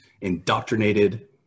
indoctrinated